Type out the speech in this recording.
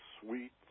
sweet